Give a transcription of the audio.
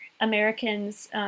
Americans